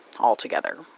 altogether